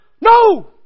No